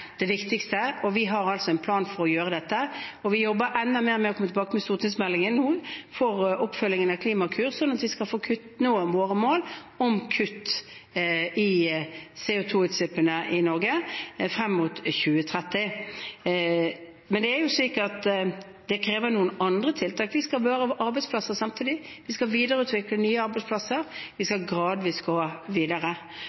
det viktigste, og vi har altså en plan for å gjøre dette. Vi jobber nå enda mer for å komme tilbake med stortingsmeldingen om oppfølgingen av Klimakur, slik at vi skal nå våre mål om kutt i CO 2 -utslippene i Norge frem mot 2030. Men det er jo slik at det krever noen andre tiltak. Vi skal bevare arbeidsplasser samtidig, vi skal videreutvikle nye arbeidsplasser, vi